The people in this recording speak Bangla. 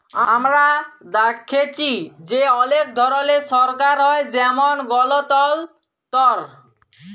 আমরা দ্যাখেচি যে অলেক ধরলের সরকার হ্যয় যেমল গলতলতর